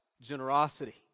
generosity